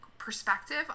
Perspective